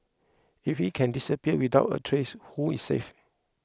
if he can disappear without a trace who is safe